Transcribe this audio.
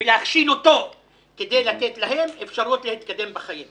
ולהכשיל אותו כדי לתת להם אפשרות להתקדם בחיים.